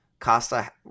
costa